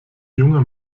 junger